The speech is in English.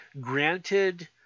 granted